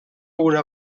una